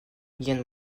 jen